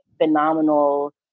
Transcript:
phenomenal